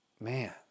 man